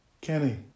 Kenny